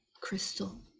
crystal